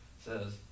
says